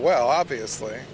well obviously